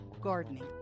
gardening